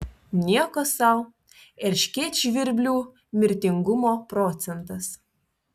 nieko sau erškėtžvirblių mirtingumo procentas